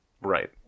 Right